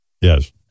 Yes